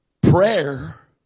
Prayer